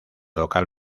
local